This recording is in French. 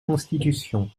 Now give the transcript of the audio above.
constitution